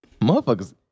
Motherfuckers